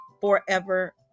forever